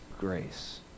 grace